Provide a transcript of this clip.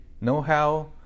know-how